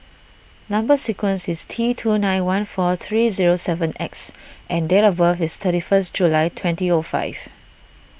Number Sequence is T two nine one four three zero seven X and date of birth is thirty first July twenty O five